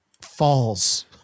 falls